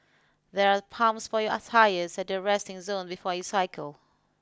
there are pumps for your tyres at the resting zone before you cycle